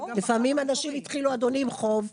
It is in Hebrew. לפעמים אנשים התחילו, אדוני, עם חוב.